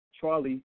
Charlie